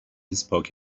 spoke